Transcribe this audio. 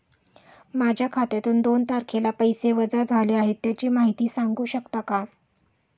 माझ्या खात्यातून दोन तारखेला पैसे वजा झाले आहेत त्याची माहिती सांगू शकता का?